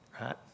right